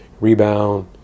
rebound